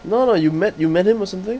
no no no you met you met him or something